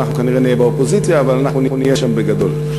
אנחנו כנראה נהיה באופוזיציה אבל אנחנו נהיה שם בגדול.